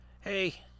hey